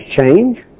change